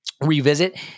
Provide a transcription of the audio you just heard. revisit